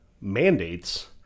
mandates